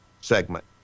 segment